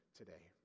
today